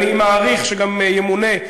אני מעריך שגם ימונה,